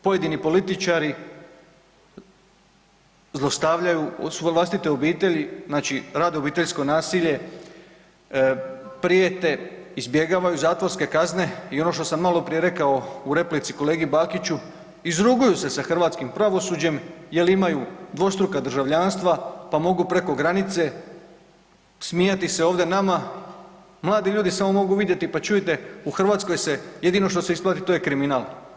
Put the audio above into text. Pojedini političari zlostavljaju svoje vlastite obitelji znači rade obiteljsko nasilje, prijete, izbjegavaju zatvorske kazne i ono što sam maloprije rekao u replici kolegi Bakiću, izruguju se sa hrvatskim pravosuđem jer imaju dvostruka državljanstva pa mogu preko granice smijati se ovdje nama, mladi ljudi samo mogu vidjeti pa čujte u Hrvatskoj jedino što se ispleti to je kriminal.